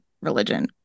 religion